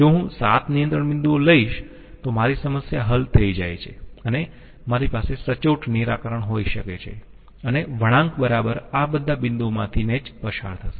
જો હું 7 નિયંત્રણ બિંદુઓ લઈશ તો મારી સમસ્યા હલ થઈ જાય છે અને મારી પાસે સચોટ નિરાકરણ હોઈ શકે છે અને વળાંક બરાબર આ બધા બિંદુઓમાંથી ને જ પસાર થશે